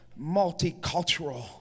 multicultural